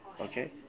Okay